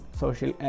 social